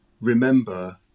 remember